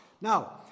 Now